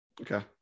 Okay